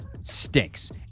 stinks